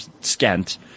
scant